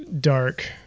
dark